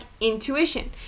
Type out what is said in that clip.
intuition